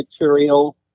material